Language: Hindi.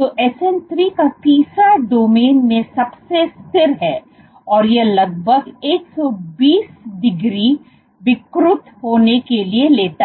तो sn3 का तीसरा डोमेन में सबसे स्थिर है और यह लगभग 120 डिग्री विकृत होने के लिए लेता है